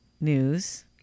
News